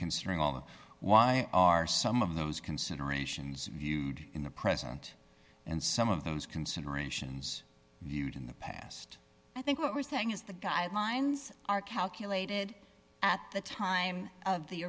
considering all the why are some of those considerations viewed in the present and some of those considerations viewed in the past i think what we're saying is the guidelines are calculated at the time of the